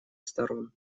сторон